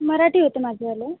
मराठी होतं माझं वालं